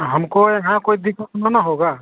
हमको यहाँ कोई दिक्कत नहीं न होगा